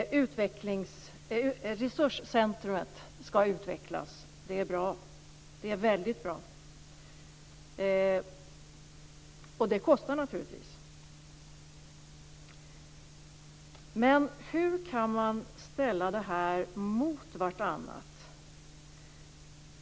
Resurscentret ska utvecklas. Det är väldigt bra, och det kostar naturligtvis. Men hur kan man ställa detta mot varandra?